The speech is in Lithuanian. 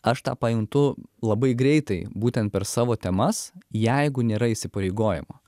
aš tą pajuntu labai greitai būtent per savo temas jeigu nėra įsipareigojimo